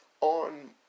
on